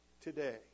today